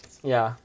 ya